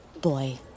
boy